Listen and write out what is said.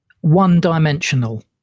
one-dimensional